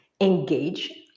engage